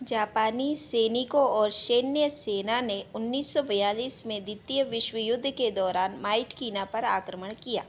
जापानी सैनिकों और सैन्य सेना ने उन्नीस सौ बयालीस में द्वितीय विश्व युद्ध के दौरान माइटकीना पर आक्रमण किया